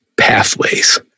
pathways